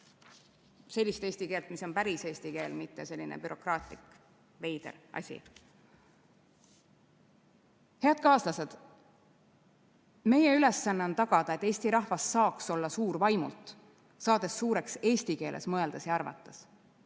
pakkuda eesti keelt, mis on päris eesti keel, mitte selline bürokraatlik, veider asi. Head kaaslased! Meie ülesanne on tagada, et eesti rahvas saaks olla suur vaimult, saades suureks eesti keeles mõeldes ja arvates.